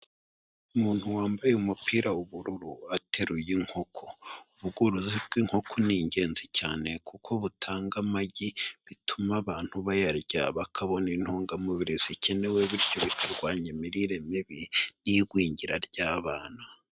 Umuntu wambaye umupira w'ubururu ateruye inkoko, ubworozi bw'inkoko ni ingenzi cyane kuko butanga amagi, bituma abantu bayarya bakabona intungamubiri zikenewe bityo bikarwanya imirire mibi n'igwingira ry'abana.